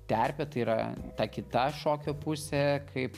terpė tai yra ta kita šokio pusė kaip